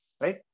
right